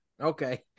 Okay